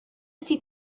ydy